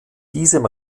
diesem